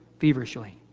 Feverishly